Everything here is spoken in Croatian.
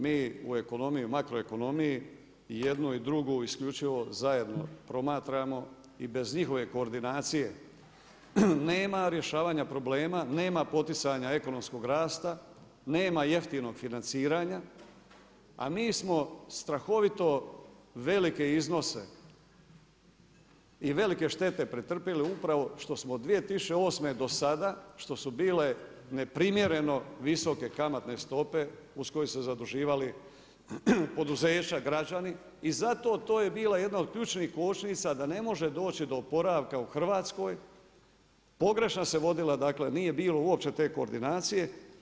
Mi u makroekonomiji jednu i drugu isključivo zajedno promatram i bez njihove koordinacije nema rješavanja problema, nema poticanja ekonomskog rasta, nema jeftinog financiranja a mi smo strahovito velike iznose i velike štete pretrpili upravo što 2008. do sada, što su bile neprimjereno visoke kamatne stope uz koju su se zaduživali poduzeća, građani i zato to je bila jedna od ključnih kočnica da ne može doći do oporavka u Hrvatskoj, pogrešno se vodila, dakle nije bilo uopće te koordinacije.